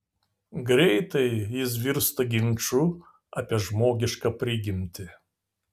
greitai jis virsta ginču apie žmogišką prigimtį